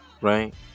right